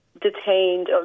detained